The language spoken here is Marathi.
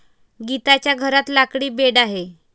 गीताच्या घरात लाकडी बेड आहे